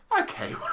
Okay